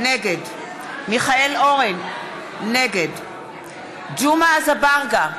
נגד מיכאל אורן, נגד ג'מעה אזברגה,